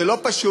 זה לא פשוט,